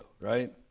right